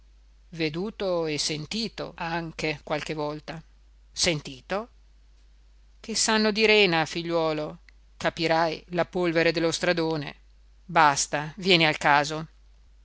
veduto e sentito anche qualche volta sentito che sanno di rena figliuolo capirai la polvere dello stradone basta vieni al caso